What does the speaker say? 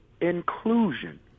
Inclusion